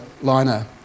liner